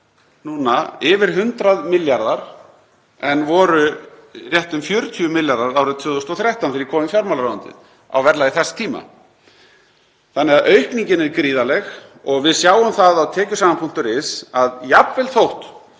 núna yfir 100 milljarðar en voru rétt um 40 milljarðar árið 2013 þegar ég kom í fjármálaráðuneytið á verðlagi þess tíma. Aukningin er gríðarleg og við sjáum það á tekjusagan.is að jafnvel þótt